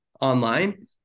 online